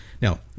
Now